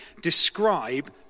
describe